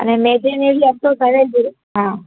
अने मैदे में बि अटो पवंदो हा